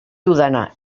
dudana